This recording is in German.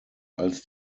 als